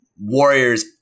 warriors